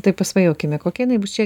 tai pasvajokime kokia jinai bus čia